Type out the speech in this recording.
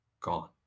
gone